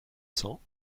cents